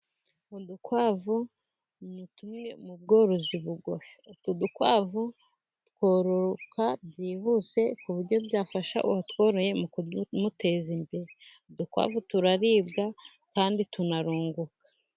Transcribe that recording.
Udukwavu ni tumwe mu bworozi bugufi. Utu dukwavu twororoka byihuse ku buryo byafasha uwatworoye mu kumuteza imbere udukwavu turaribwa kandi turanunguka.